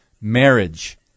marriage